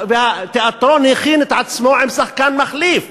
והתיאטרון הכין את עצמו עם שחקן מחליף.